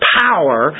power